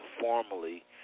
formally